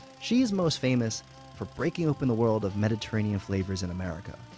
she's most famous for breaking open the world of mediterranean flavors in america.